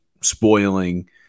spoiling